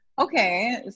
Okay